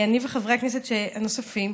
אני וחברי הכנסת הנוספים.